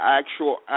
actual